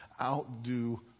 outdo